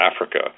Africa